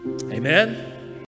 Amen